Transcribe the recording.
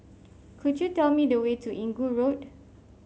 could you tell me the way to Inggu Road